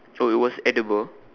so it was edible